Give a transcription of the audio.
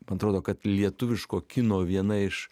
man atrodo kad lietuviško kino viena iš